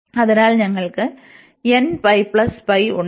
അതിനാൽ ഞങ്ങൾക്ക് ഉണ്ട്